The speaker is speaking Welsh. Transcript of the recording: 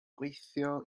gweithio